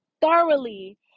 thoroughly